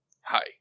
hi